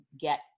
get